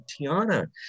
Tiana